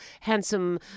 handsome